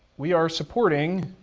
we are supporting,